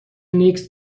نیکز